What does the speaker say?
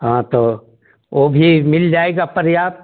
हाँ तो वो भी मिल जाएगा पर्याप्त